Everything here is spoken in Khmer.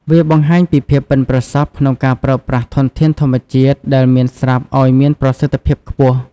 វាបង្ហាញពីភាពប៉ិនប្រសប់ក្នុងការប្រើប្រាស់ធនធានធម្មជាតិដែលមានស្រាប់ឱ្យមានប្រសិទ្ធភាពខ្ពស់។